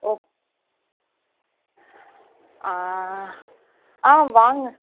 ஓ ஆ ஆ வாங்க